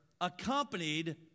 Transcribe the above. accompanied